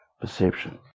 perception